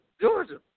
Georgia